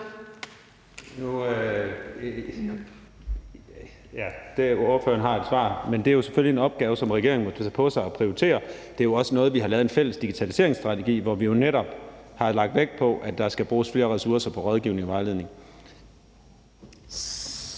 Ja, ordføreren har et svar. Det er selvfølgelig en opgave, som regeringen må tage på sig og prioritere. Det er jo også noget, vi har lavet en fælles digitaliseringsstrategi for, hvor vi jo netop har lagt vægt på, at der skal bruges flere ressourcer på rådgivning og vejledning.